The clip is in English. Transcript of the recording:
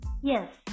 Yes